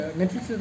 Netflix